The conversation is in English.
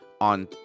on